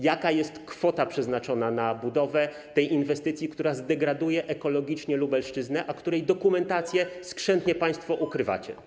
Jaka jest kwota przeznaczona na budowę tej inwestycji, która zdegraduje ekologicznie Lubelszczyznę, a której dokumentację skrzętnie państwo ukrywacie?